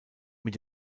mit